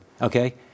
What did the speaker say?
okay